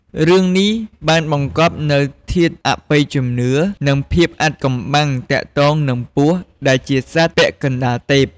រឿងនេះបានបង្កប់នូវធាតុអបិយជំនឿ និងភាពអាថ៌កំបាំងទាក់ទងនឹងពស់ដែលជាសត្វពាក់កណ្ដាលទេព។